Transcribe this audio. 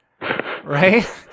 Right